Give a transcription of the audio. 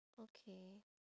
okay